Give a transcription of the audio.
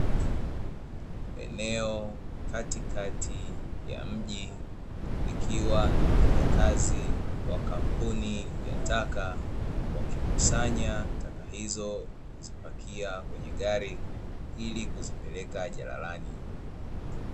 Eneo katikati ya mji, likiwa na wafanyakazi wa kampuni ya taka, wakikusanya taka hizo, kuzipakia kwenye gari ili kuzipeleka jalalani.